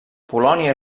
polònia